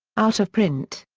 out of print.